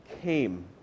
came